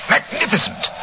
Magnificent